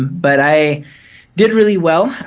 but i did really well,